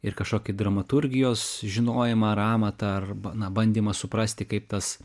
ir kažkokį dramaturgijos žinojimą ar amatą arba na bandymą suprasti kaip tas